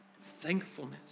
thankfulness